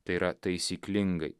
tai yra taisyklingai